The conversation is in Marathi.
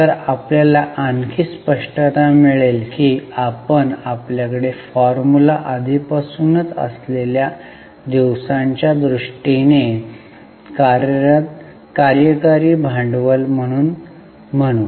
तर आपल्याला आणखी स्पष्टता मिळेल की आपण आपल्याकडे फॉर्म्युला आधीपासूनच असलेल्या दिवसांच्या दृष्टीने कार्यकारी भांडवल म्हणून म्हणू